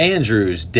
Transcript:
Andrew's